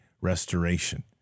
restoration